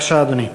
בבקשה, אדוני.